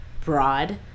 broad